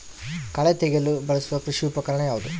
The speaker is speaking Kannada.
ಕಳೆ ತೆಗೆಯಲು ಬಳಸುವ ಕೃಷಿ ಉಪಕರಣ ಯಾವುದು?